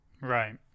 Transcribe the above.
Right